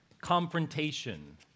confrontation